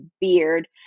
beard